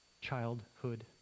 childhood